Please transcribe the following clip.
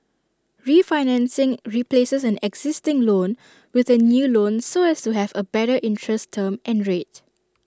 refinancing replaces an existing loan with A new loan so as to have A better interest term and rate